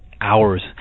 hours